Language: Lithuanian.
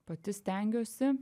pati stengiuosi